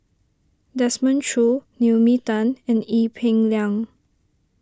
Desmond Choo Naomi Tan and Ee Peng Liang